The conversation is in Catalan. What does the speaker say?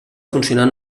funcionar